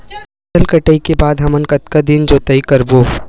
फसल कटाई के बाद हमन कतका दिन जोताई करबो?